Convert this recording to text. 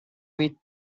with